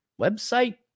website